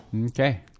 okay